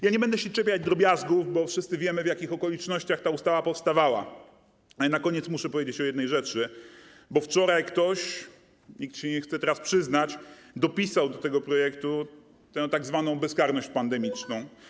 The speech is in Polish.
Ja nie będę się czepiać drobiazgów, bo wszyscy wiemy, w jakich okolicznościach ta ustawa powstawała, ale na koniec muszę powiedzieć o jednej rzeczy, bo wczoraj ktoś - nikt się nie chce teraz przyznać - dopisał do tego projektu tę tzw. bezkarność pandemiczną.